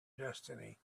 destiny